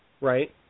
Right